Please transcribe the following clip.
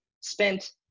spent